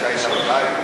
שהאישה הייתה בבית,